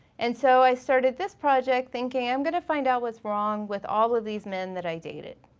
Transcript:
and so i started this project thinking i'm gonna find out what's wrong with all of these men that i dated.